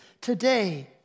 today